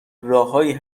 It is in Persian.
راههایی